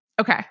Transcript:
Okay